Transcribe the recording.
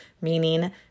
meaning